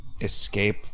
escape